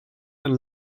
and